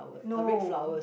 no